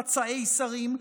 חצאי שרים,